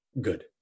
good